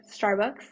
Starbucks